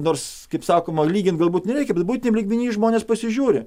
nors kaip sakoma lyginti galbūt nereikia bet buitiniam lygmeny žmonės pasižiūri